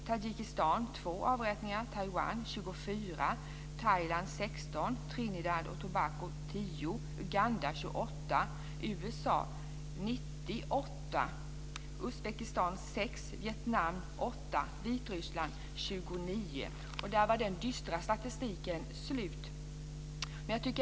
Syrien 2 avrättningar, Tadzjikistan 2 Där var den dystra statistiken slut.